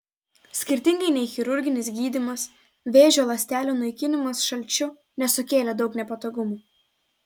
skirtingai nei chirurginis gydymas vėžio ląstelių naikinimas šalčiu nesukėlė daug nepatogumų